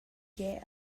gie